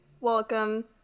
Welcome